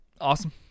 awesome